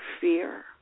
fear